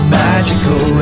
magical